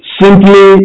simply